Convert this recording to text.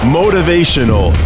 motivational